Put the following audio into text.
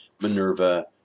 Minerva